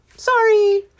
Sorry